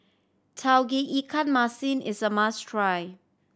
Tauge Ikan Masin is a must try